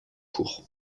court